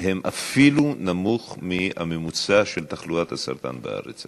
הם אפילו בשיעור נמוך מהממוצע של תחלואת הסרטן בארץ.